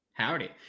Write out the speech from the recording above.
Howdy